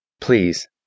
Please